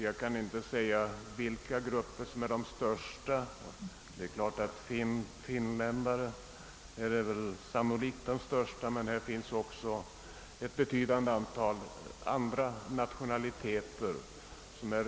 Sannolikt är gruppen av finländare den största, men det finns också betydande grupper av andra nationaliteter.